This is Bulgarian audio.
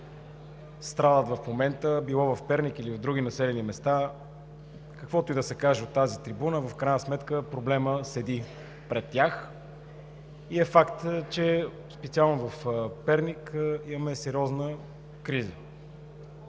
страдат в момента – било в Перник или в други населени места, каквото и да се каже от тази трибуна в крайна сметка проблемът седи пред тях и е факт, че специално в Перник имаме сериозна криза.